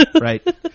Right